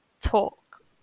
talk